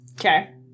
Okay